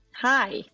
Hi